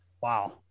wow